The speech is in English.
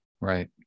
right